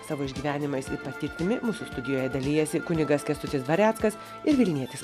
savo išgyvenimais ir patirtimi mūsų studijoje dalijasi kunigas kęstutis dvareckas ir vilnietis